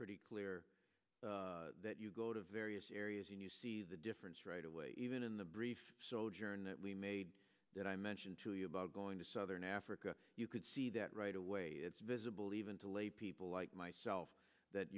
pretty clear that you go to various areas and you see the difference right away even in the brief sojourn that we made that i mentioned to you about going to southern africa you could see that right away it's visible even to lay people like myself that